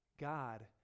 God